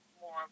more